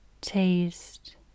taste